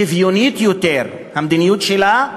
שוויונית יותר במדיניות שלה,